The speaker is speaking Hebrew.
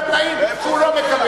התנאים, למעט התנאים שהוא לא מקבל.